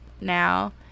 Now